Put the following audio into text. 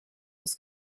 was